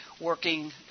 working